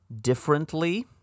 differently